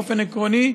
באופן עקרוני,